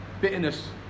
Bitterness